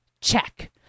check